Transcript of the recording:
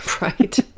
right